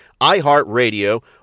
iHeartRadio